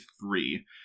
three